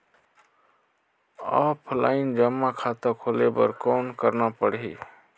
Offline जमा खाता खोले बर कौन करना पड़ही?